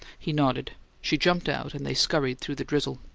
he nodded she jumped out and they scurried through the drizzle.